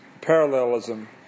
parallelism